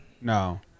no